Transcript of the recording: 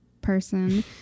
person